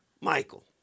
Michael